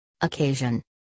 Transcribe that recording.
occasion